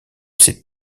ces